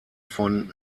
von